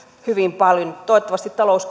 hyvin paljon toivottavasti talous